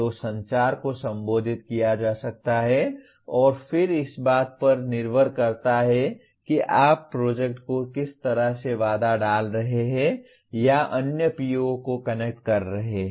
तो संचार को संबोधित किया जा सकता है और फिर इस बात पर निर्भर करता है कि आप प्रोजेक्ट को किस तरह से बाधा डाल रहे हैं या अन्य PO को कनेक्ट कर सकते हैं